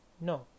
No